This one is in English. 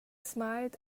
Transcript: smiled